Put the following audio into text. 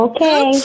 Okay